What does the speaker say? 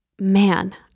Man